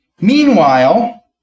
Meanwhile